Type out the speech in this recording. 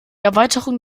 erweiterung